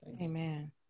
amen